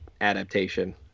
adaptation